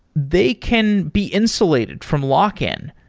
they can be insulated from lock-in.